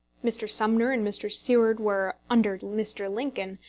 mr. sumner and mr. seward were, under mr. lincoln,